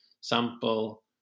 sample